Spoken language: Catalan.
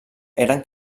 eren